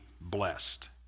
blessed